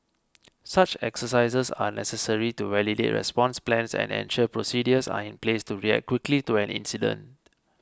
such exercises are necessary to validate response plans and ensure procedures are in place to react quickly to an incident